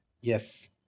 Yes